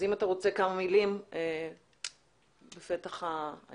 אם אתה רוצה כמה מילים בפתח הישיבה,